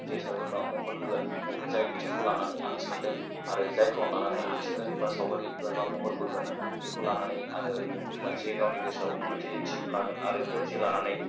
जे सावगारिखौ आं महर बोगोन जाय बिथिंखौ लानानै आं सान्दों आरो जायखौ आं लानानै आखिगोन एबा सावगारि मा महर बोगोन बेखौ लानानै आङो मोनसे गावनि गोसोआव मोनसे थि लागोन आरो बेखौ थि लानानै